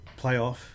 playoff